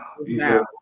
now